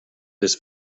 this